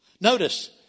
Notice